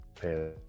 pay